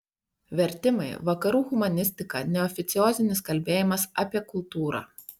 vertimai vakarų humanistika neoficiozinis kalbėjimas apie kultūrą